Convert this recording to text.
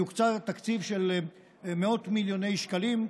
יוקצה תקציב של מאות מיליוני שקלים,